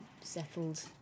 settled